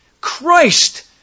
Christ